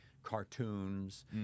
cartoons